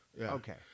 Okay